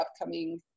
upcoming